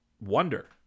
wonder